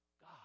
God